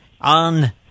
on